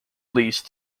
leased